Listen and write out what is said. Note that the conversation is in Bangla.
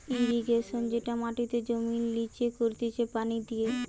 ইরিগেশন যেটা মাটিতে জমির লিচে করতিছে পানি দিয়ে